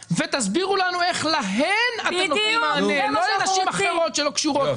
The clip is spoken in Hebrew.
ותסבירו לנו איך להן אתם נותנים מענה ולא לנשים אחרות שלא קשורות לזה.